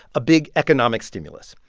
a big economic stimulus.